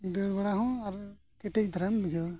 ᱫᱟᱹᱲ ᱵᱟᱲᱟ ᱦᱚᱸ ᱟᱨ ᱠᱮᱴᱮᱡ ᱫᱷᱟᱨᱟᱢ ᱵᱩᱡᱷᱟᱹᱣᱟ